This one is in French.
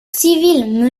civile